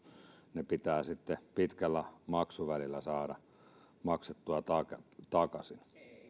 ne pitää sitten pitkällä maksuvälillä saada maksettua takaisin